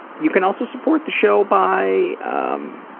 you can also support the show by, um,